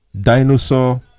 Dinosaur